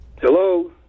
Hello